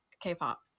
K-pop